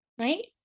Right